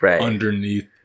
underneath